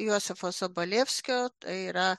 josifo sobolevskio tai yra